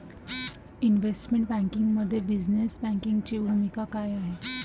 Investment बँकिंगमध्ये business बँकिंगची भूमिका काय आहे?